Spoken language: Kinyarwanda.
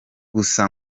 gusa